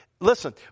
listen